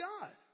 God